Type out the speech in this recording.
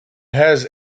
has